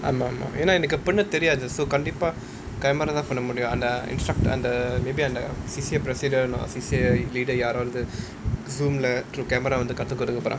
ஆமா ஆமா ஏன்னா எனக்கு எப்டினே தெரியாது கண்டிப்பா:aamaa aamaa yaennaa enakku epdinae theriyaathu kandippaa camera தான் பண்ண முடியும்:thaan panna mudiyum on the instrc~ on the maybe on the C_C_A president or C_C_A leader யாராவது:yaaraavathu Zoom leh through camera வந்து கத்துகொடுக்க போறாங்க:vanthu kathukoduka poraanga